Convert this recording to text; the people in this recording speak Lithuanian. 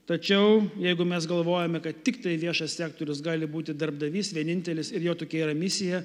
tačiau jeigu mes galvojame kad tiktai viešas sektorius gali būti darbdavys vienintelis ir jo tokia yra misija